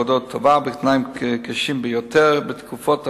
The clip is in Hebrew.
טובה, בתנאים קשים ביותר, בתקופת פיגועים,